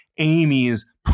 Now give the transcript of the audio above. Amy's